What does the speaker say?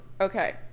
okay